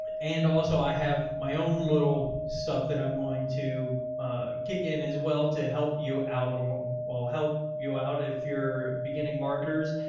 and and also i have my own little stuff that i'm going to kick in as well, to help you out. and i'll help help you out if you're beginning marketers,